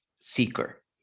seeker